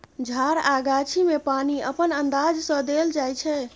झार आ गाछी मे पानि अपन अंदाज सँ देल जाइ छै